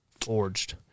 forged